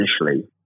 initially